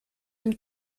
dem